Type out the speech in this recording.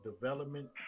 Development